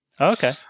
Okay